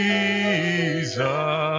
Jesus